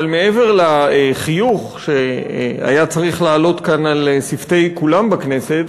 אבל מעבר לחיוך שהיה צריך לעלות כאן על שפתי כולם בכנסת,